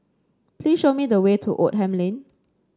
please show me the way to Oldham Lane